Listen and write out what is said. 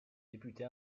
député